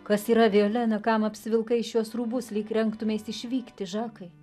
kas yra violena kam apsivilkai šiuos rūbus lyg rengtumeis išvykti žakai